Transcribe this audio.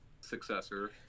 successor